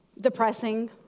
depressing